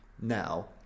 now